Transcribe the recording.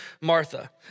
Martha